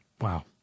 Wow